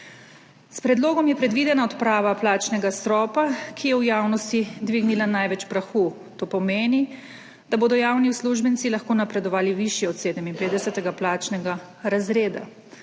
S Predlogom je predvidena odprava plačnega stropa, ki je v javnosti dvignila največ prahu. To pomeni, da bodo javni uslužbenci lahko napredovali višji od 57. plačnega razreda.